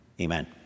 Amen